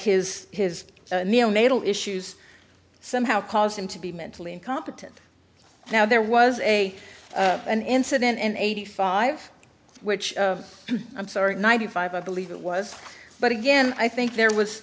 his his neonatal issues somehow caused him to be mentally incompetent now there was a an incident in eighty five which i'm sorry ninety five i believe it was but again i think there was